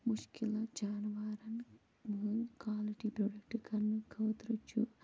مُشکِلن جانوارَن کالٹی پرٛوڈکٹہٕ کَرنہٕ خٲطرٕ چھُ